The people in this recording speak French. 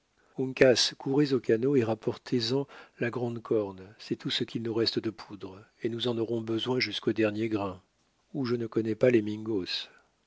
uncas courez au canot et rapportez en la grande corne c'est tout ce qu'il nous reste de poudre et nous en aurons besoin jusqu'au dernier grain ou je ne connais pas les mingos